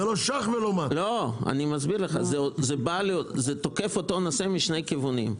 זה תוקף אותו נושא משני כיוונים.